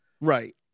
Right